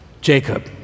Jacob